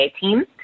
team